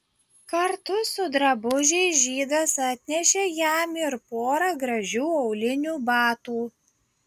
kartu su drabužiais žydas atnešė jam ir porą gražių aulinių batų